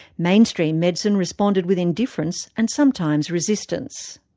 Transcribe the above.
mainstream medicine responded with indifference and sometimes resistance.